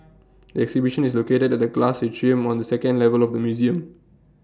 the exhibition is located at the glass atrium on the second level of the museum